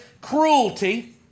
cruelty